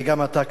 וגם אתה,